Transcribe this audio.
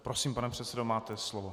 Prosím, pane předsedo, máte slovo.